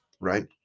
right